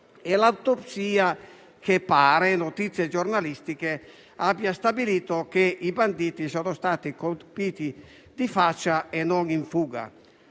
e l'autopsia che - pare da fonti giornalistiche - ha stabilito che i banditi sono stati colpiti in faccia e non in fuga.